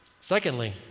Secondly